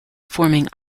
forming